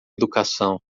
educação